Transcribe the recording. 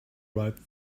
right